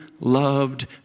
loved